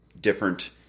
different